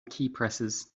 keypresses